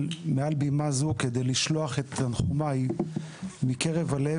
מעל בימה זו כדי לשלוח את תנחומיי מקרב הלב,